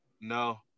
No